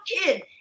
kid